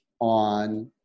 on